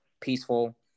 peaceful